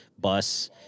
bus